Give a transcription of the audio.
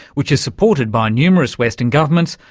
which is supported by numerous western governments,